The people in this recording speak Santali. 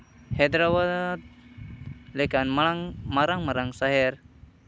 ᱦᱟᱭᱫᱨᱟᱵᱟᱫᱽ ᱞᱮᱠᱟᱱ ᱢᱟᱨᱟᱝ ᱢᱟᱨᱟᱝᱼᱢᱟᱨᱟᱝ ᱥᱚᱦᱚᱨ